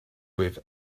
with